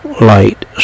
Light